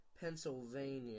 Pennsylvania